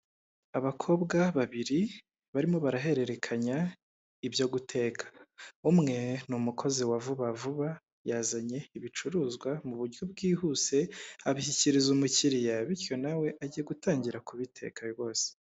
Abakobwa babiri barimo barahererekanya ibyo guteka, umwe ni umukozi wa vuba vuba yazanye ibicuruzwa mu buryo bwihuse abishyikiriza umukiriya bityo nawe agiye gutangira kubiteka rwose.